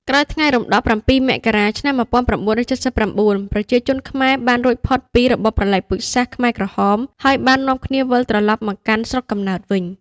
ក្រោយថ្ងៃរំដោះ ៧ មករា ១៩៧៩ ប្រជាជនខ្មែរបានរួចផុតពីរបបប្រល័យពូជសាសន៍ខ្មែរក្រហម ហើយបាននាំគ្នាវិលត្រឡប់មកកាន់ស្រុកកំណើតវិញ។